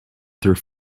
through